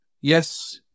yes